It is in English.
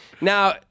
Now